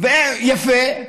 יפה.